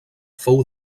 fou